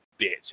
bitch